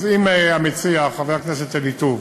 אז אם המציע, חבר הכנסת אילטוב,